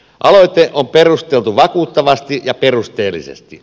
aloite on perusteltu vakuuttavasti ja perusteellisesti